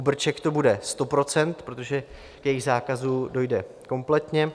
U brček to bude 100 %, protože k jejich zákazu dojde kompletně.